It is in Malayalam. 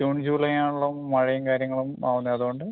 ജൂൺ ജൂലൈ ആണല്ലോ മഴയും കാര്യങ്ങളും ആവുന്നത് അതുകൊണ്ട്